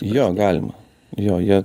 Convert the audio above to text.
jo galima jo jie